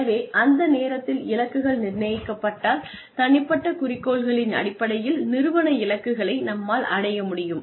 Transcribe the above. எனவே அந்த நேரத்தில் இலக்குகள் நிர்ணயிக்கப்பட்டால் தனிப்பட்ட குறிக்கோள்களின் அடிப்படையில் நிறுவன இலக்குகளை நம்மால் அடைய முடியும்